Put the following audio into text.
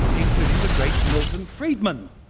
includi ng the great milton friedman,